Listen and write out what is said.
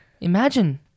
Imagine